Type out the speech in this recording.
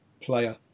player